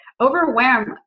overwhelm